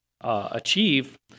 Achieve